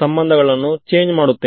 ವಸ್ತುವನ್ನು ಒಳಗೊಂಡಿದೆ ಸರಿಯೇ